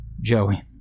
Joey